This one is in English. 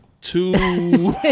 two